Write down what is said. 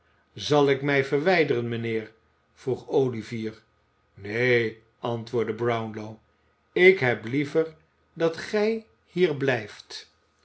zal ik mij verwijderen mijnheer vroeg olivier neen antwoordde brownlow ik heb liever dat gij hier